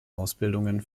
ausbildungen